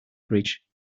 bridge